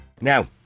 Now